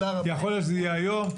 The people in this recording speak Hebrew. יכול להיות שזה יהיה היום,